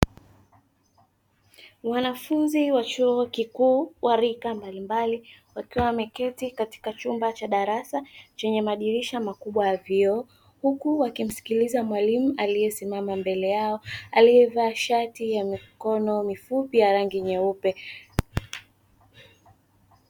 Wanafunzi wa chuo kikuu wa rika mbalimbali, wakiwa wameketi katika chumba cha darasa chenye madirisha makubwa ya vioo; huku wakimsikiliza mwalimu aliyesimama mbele yao, aliyevaa shati ya mikono mifupi ya rangi nyeupe.